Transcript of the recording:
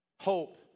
Hope